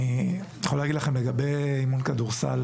לגבי אימון כדורסל